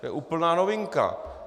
To je úplná novinka.